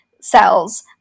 cells